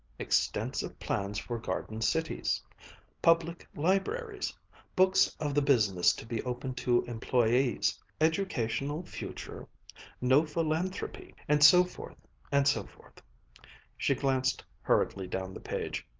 extensive plans for garden cities public libraries books of the business to be open to employes educational future no philanthropy and so forth and so forth she glanced hurriedly down the page,